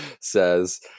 says